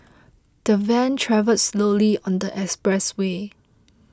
the van travelled slowly on the expressway